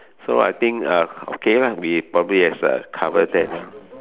so I think uh okay we probably has uh covered that